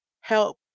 help